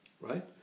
Right